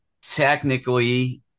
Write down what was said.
technically